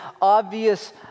obvious